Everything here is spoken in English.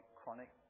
chronic